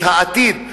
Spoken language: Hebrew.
את העתיד,